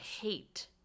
Hate